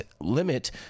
limit